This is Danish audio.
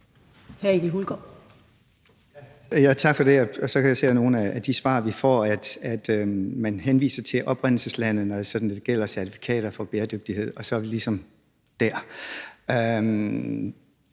Tak for det. Og så kan jeg se af nogle af de svar, vi får, at man henviser til oprindelseslande, når det gælder certifikater for bæredygtighed, og så er vi ligesom dér.